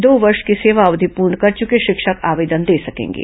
दो वर्ष की सेवा अवधि पूर्ण कर चुके शिक्षक आवेदन दे सकेंगे